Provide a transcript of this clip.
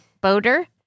Boater